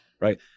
right